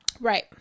right